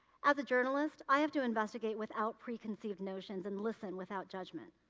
as a journalist, i have to investigate without preconceived notions and listen without judgment.